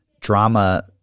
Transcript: drama